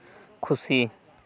ᱠᱷᱩᱥᱤ